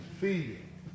feeding